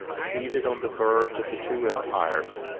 seated on the verge of the two empires,